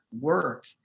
work